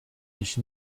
ich